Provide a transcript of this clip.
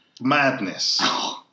madness